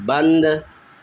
بند